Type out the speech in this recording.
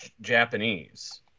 Japanese